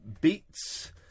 beats